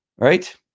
right